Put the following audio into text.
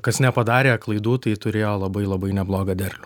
kas nepadarė klaidų tai turėjo labai labai neblogą derlių